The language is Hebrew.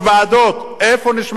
איפה נשמע כדבר הזה?